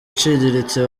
iciriritse